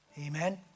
Amen